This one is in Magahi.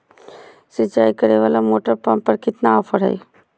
सिंचाई करे वाला मोटर पंप पर कितना ऑफर हाय?